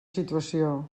situació